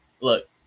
look